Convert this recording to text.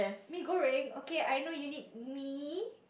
mee-goreng okay I know you need mee